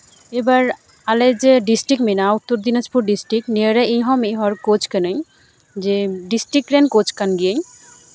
ᱮᱵᱟᱨ ᱟᱞᱮ ᱡᱮ ᱰᱤᱥᱴᱤᱠ ᱢᱮᱱᱟᱜᱼᱟ ᱩᱛᱛᱚᱨ ᱫᱤᱱᱟᱡᱽᱯᱩᱨ ᱰᱤᱥᱴᱤᱠ ᱱᱤᱭᱟᱹᱨᱮ ᱤᱧᱦᱚᱸ ᱢᱤᱫ ᱦᱚᱲ ᱠᱳᱪ ᱠᱟᱹᱱᱟᱹᱧ ᱡᱮ ᱰᱤᱥᱴᱤᱠ ᱨᱮᱱ ᱠᱳᱪ ᱠᱟᱱ ᱜᱤᱭᱟᱹᱧ